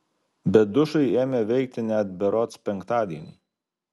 bet dušai ėmė veikti net berods penktadienį